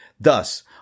Thus